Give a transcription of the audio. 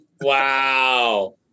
wow